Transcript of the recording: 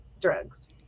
drugs